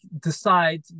decide